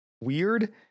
weird